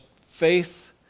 faith